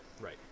Right